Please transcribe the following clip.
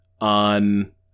on